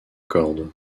corde